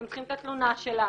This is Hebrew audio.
אתם צריכים את התלונה שלה,